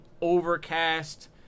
Overcast